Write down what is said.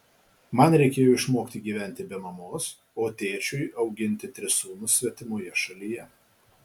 man reikėjo išmokti gyventi be mamos o tėčiui auginti tris sūnus svetimoje šalyje